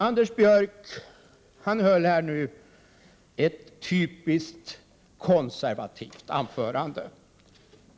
Anders Björck höll här ett typiskt konservativt anförande.